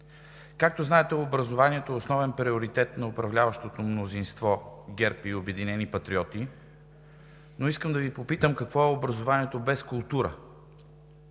Както знаете, образованието е основен приоритет на управляващото мнозинство – ГЕРБ и „Обединени патриоти“, но искам да Ви попитам: какво е образованието без култура?!